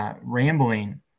rambling